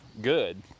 good